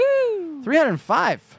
305